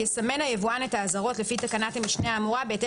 יסמן היבואן את האזהרות לפי תקנת המשנה האמורה בהתאם